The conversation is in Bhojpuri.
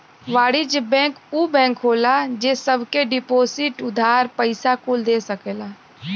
वाणिज्य बैंक ऊ बैंक होला जे सब के डिपोसिट, उधार, पइसा कुल दे सकेला